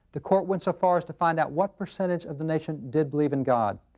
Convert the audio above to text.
the court went so far as to find out what percentage of the nation did believe in god.